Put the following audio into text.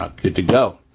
ah good to go.